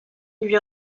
lui